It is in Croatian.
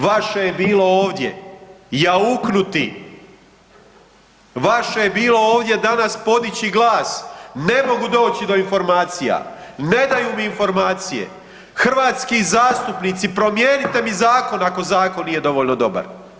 Vaše je bilo ovdje jauknuti, vaše je bilo ovdje danas podići glas, ne mogu doći do informacija, ne daju mi informacije, hrvatski zastupnici promijenite mi zakon ako zakon nije dovoljno dobar.